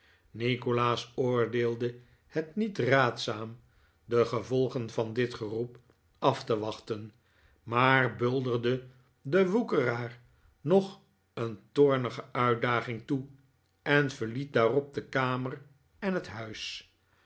nikolaas oordeelde het niet raadzaam de gevolgen van dit geroep af te wachten maar bulderde den woekeraar nog een toornige uitdaging toe en verliet daarop de kamer en het huis